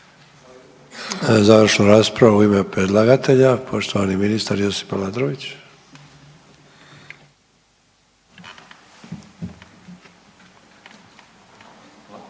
Završnu raspravu u ime predlagatelja poštovani ministar Josip Aladrović.